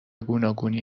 گوناگونی